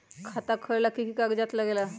खाता खोलेला कि कि कागज़ात लगेला?